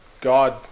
God